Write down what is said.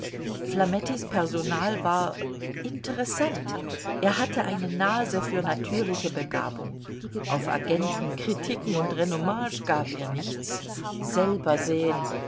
flamettis personal war interessant er hatte eine nase für natürliche begabung auf agenten kritiken und renommage gab er nichts selber sehen